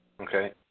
Okay